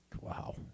Wow